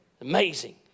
Amazing